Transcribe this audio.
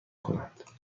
کنند